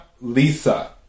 Lisa